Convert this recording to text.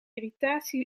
irritatie